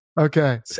Okay